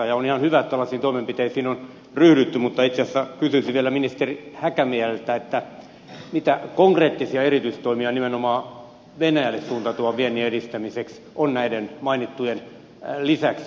on ihan hyvä että tällaisiin toimenpiteisiin on ryhdytty mutta itse asiassa kysyisin vielä ministeri häkämieheltä mitä konkreettisia erityistoimia nimenomaan venäjälle suuntautuvan viennin edistämiseksi on näiden mainittujen lisäksi